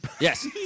Yes